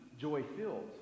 joy-filled